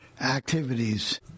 activities